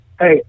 hey